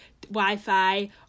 Wi-Fi